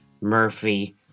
Murphy